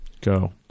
Go